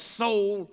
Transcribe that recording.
soul